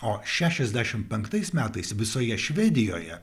o šešiasdešimt penktais metais visoje švedijoje